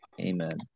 Amen